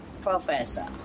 professor